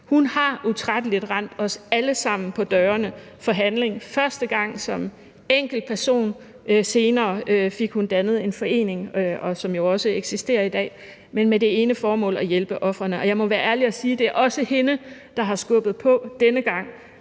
Hun har utrætteligt rendt os alle sammen på dørene, første gang som enkeltperson, og senere fik hun dannet en forening, som jo også eksisterer i dag, med det ene formål at hjælpe ofrene. Og jeg må være ærlig og sige, at det også er hende, der har skubbet på denne gang,